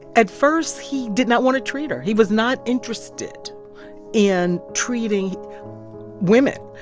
at first, he did not want to treat her. he was not interested in treating women.